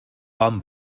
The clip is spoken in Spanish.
pan